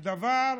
זה דבר,